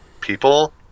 people